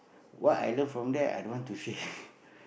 what I learn from there i don't want to share